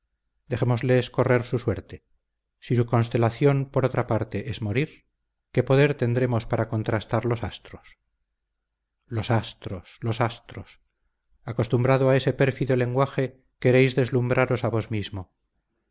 dejémosles correr su suerte si su constelación por otra parte es morir qué poder tendremos para contrastar los astros los astros los astros acostumbrado a ese pérfido lenguaje queréis deslumbraros a vos mismo